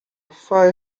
phi